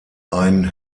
ein